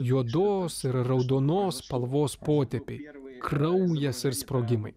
juodos ir raudonos spalvos potėpiai kraujas ir sprogimai